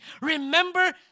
remember